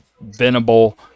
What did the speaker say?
Venable